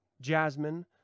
jasmine